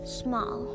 small